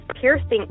piercing